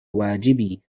واجبي